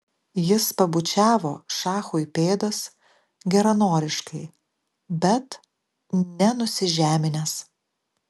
jis pabučiavo šachui pėdas geranoriškai bet ne nusižeminęs